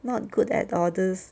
not good at all these